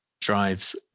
drives